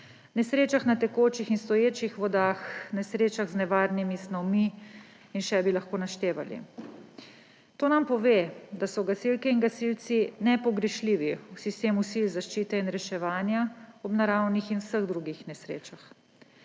nesrečah na tekočih in stoječih vodah, nesrečah z nevarnimi snovmi in še bi lahko naštevali. To nam pove, da so gasilke in gasilci nepogrešljivi v sistemu sil zaščite in reševanja ob naravnih in vseh drugih nesrečah.